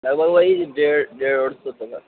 لگ بھگ وہی ڈیڑھ ڈیڑھ ووڑھ سو تک